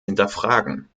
hinterfragen